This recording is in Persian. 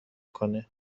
کنه